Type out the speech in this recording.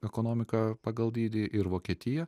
ekonomiką pagal dydį ir vokietiją